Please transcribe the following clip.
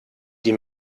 die